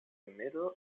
middle